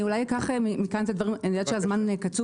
אני אקח את הדברים המהותיים.